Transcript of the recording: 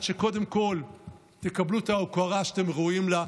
שקודם כול תקבלו את ההוקרה שאתם ראויים לה,